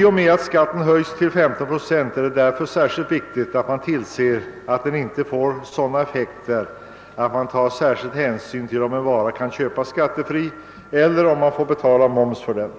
I och med att skatten höjs till 15 pro cent är det särskilt viktigt att man tillser att den inte får sådana effekter att man tar särskilda hänsyn till om en vara kan köpas skattefritt eller om man får betala moms för den.